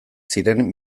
ziren